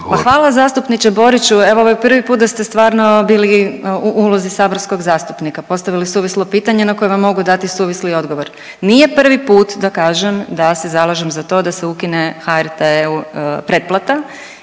Hvala zastupniče Boriću, evo ovo je prvi put da ste stvarno bili u ulozi saborskog zastupnika, postavili suvislo pitanje na koje vam mogu dati suvisli odgovor. Nije prvi put da kažem da se zalažem za to da se ukine HRT-u pretplata